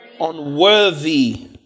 unworthy